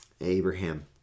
Abraham